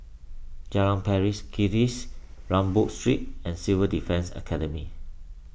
Jalan Pari Kikis Rambau Street and Civil Defence Academy